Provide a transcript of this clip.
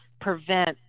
prevent